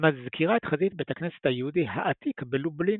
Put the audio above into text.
המזכירה את חזית בית הכנסת היהודי העתיק בלובלין.